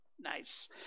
nice